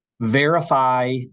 verify